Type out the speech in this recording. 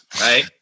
right